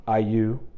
IU